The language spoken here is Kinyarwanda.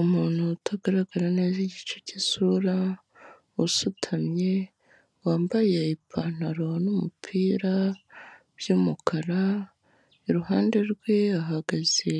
Umuntu utagaragara neza igice cy'isura, usutamye, wambaye ipantaro n'umupira by'umukara, iruhande rwe hahagaze